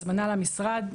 הזמנה למשרד,